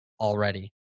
already